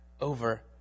over